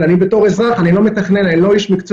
אני אזרח, אני לא מתכנן, אני לא איש מקצוע.